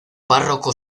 párroco